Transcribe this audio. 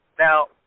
Now